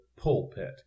pulpit